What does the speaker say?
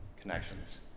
connections